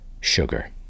sugar